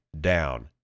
down